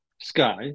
Sky